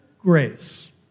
grace